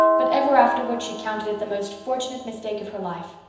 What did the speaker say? but ever afterward she counted it the most fortunate mistake of her life.